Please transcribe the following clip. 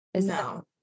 No